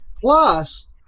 Plus